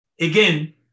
Again